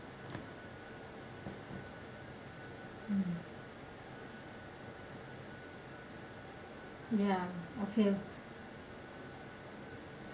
mm ya okay